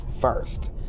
first